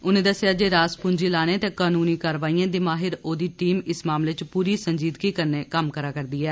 उनें दस्सेआ जे रास पूंजी लाने ते कनूनी कारवाईएं दी माहिर ओह्दी टीम इस मामलें च पूरी संजीदगी कन्नै कम्म करै'रदी ऐ